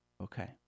Okay